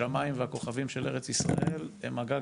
השמיים והכוכבים של ארץ ישראל הם הגג